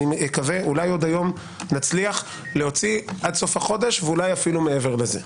אולי עוד היום נצליח להוציא עד סוף החודש ואולי אפילו מעבר לזה.